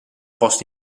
post